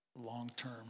long-term